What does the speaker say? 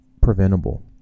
preventable